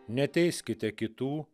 neteiskite kitų